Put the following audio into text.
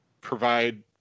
provide